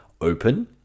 open